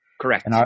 Correct